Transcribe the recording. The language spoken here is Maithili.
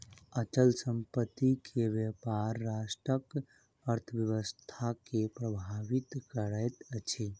अचल संपत्ति के व्यापार राष्ट्रक अर्थव्यवस्था के प्रभावित करैत अछि